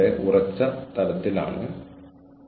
അതെ വളരെയധികം ആളുകൾ എൻറോൾ ചെയ്തിട്ടുണ്ട്